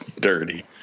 dirty